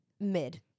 Mid